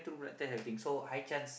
blood test everything so high chance